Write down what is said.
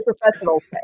professionals